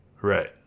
right